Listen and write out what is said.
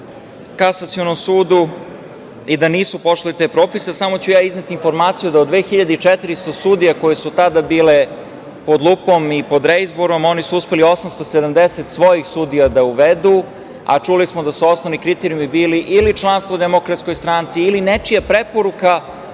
kasacionom sudu i da nisu poštovali te propise. Samo ću izneti informaciju da od 2.400 sudija koje su tada bile pod lupom i pod reizborom, oni su uspeli 870 svojih sudija da uvedu, a čuli smo da su osnovni kriterijumi bili ili članstvo u DS ili nečija preporuka